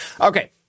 Okay